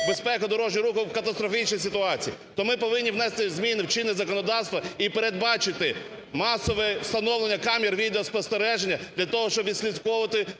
безпека дорожнього руху в катастрофічній ситуації. То ми повинні внести зміни в чинне законодавство і передбачити масове встановлення камер відеоспостереження для того, щоб відслідковувати